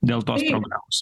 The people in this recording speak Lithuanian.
dėl tos programos